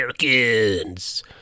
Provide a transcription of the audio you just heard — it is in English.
Americans